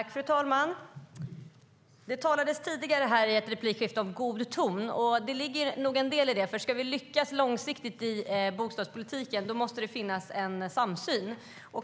Fru talman! Det talades i ett tidigare replikskifte om god ton. Det ligger nog en del i det, för ska vi långsiktigt lyckas med bostadspolitiken måste det finnas samsyn.